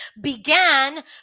began